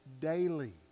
daily